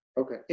Okay